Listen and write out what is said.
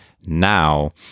now